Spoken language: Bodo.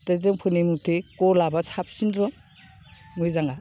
दा जोंफोरनि मथे गलाबा साबसिन र' मोजाङा